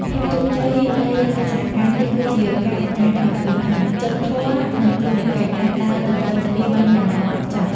ភាពជោគជ័យនៃកិច្ចសហការនេះ គឺជាការបង្ហាញឱ្យឃើញថា "ចិត្តធម៌" និង "ធុរកិច្ច" អាចដើរទន្ទឹមគ្នាបានយ៉ាងល្អឥតខ្ចោះ។